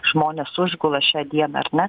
žmones užgula šią dieną ar ne